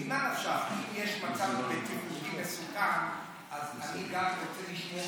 אם יש מצב ביטחוני מסוכן אז אני רוצה לשמור